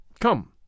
Come